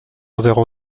zéro